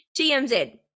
TMZ